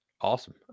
Awesome